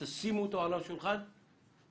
שימו על השולחן מתווה מוסכם.